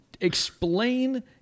Explain